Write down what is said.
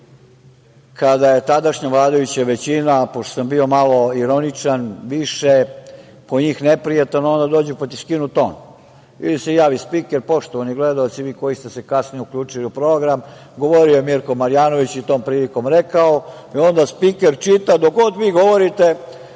kada je tadašnja vladajuća većina, pošto sam bio malo ironičan, više po njih neprijatno, onda dođu pa ti skinu ton ili se javi spiker – poštovani gledaoci, vi koji ste se kasnije uključili u program, govorio je Mirko Marjanović i tom prilikom rekao, i onda spiker čita dok god vi govorite